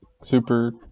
super